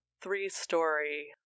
three-story